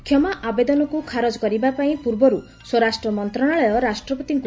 କ୍ଷମା ଆବେଦନକୁ ଖାରଜ କରିବାପାଇଁ ପୂର୍ବରୁ ସ୍ୱରାଷ୍ଟ୍ର ମନ୍ତ୍ରଣାଳୟ ରାଷ୍ଟ୍ରପତିଙ୍କୁ